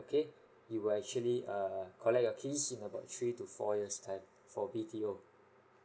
okay you'll actually err collect your keys in about three to four years time for B_T_O